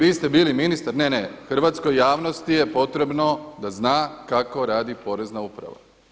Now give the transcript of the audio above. Vi ste bili ministar, ne, ne, hrvatskoj javnosti je potrebno da zna kako radi Porezna uprava.